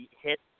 hit